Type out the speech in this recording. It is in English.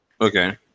okay